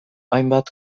hainbat